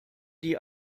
die